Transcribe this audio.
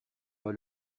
pas